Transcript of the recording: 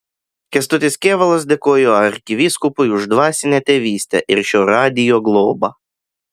kęstutis kėvalas dėkojo arkivyskupui už dvasinę tėvystę ir šio radijo globą